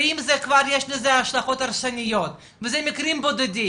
ואם כבר יש לזה השלכות הרסניות וזה מקרים בודדים,